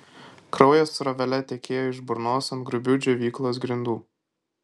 kraujas srovele tekėjo iš burnos ant grubių džiovyklos grindų